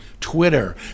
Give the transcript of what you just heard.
Twitter